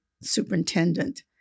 superintendent